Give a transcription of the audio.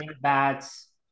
Bats